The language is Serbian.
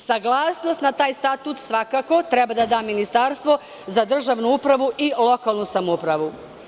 Saglasnost na taj statut svakako treba da da Ministarstvo za državnu upravu i lokalnu samoupravu.